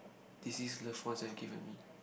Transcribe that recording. deceased loved ones have given me